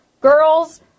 girls